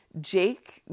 Jake